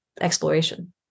exploration